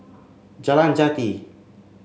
Jalan Jati